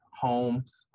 homes